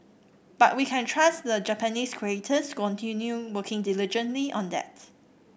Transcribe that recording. but we can trust the Japanese creators continue working diligently on that